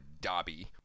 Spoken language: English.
dobby